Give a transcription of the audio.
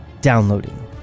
Downloading